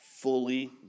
fully